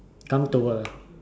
come to work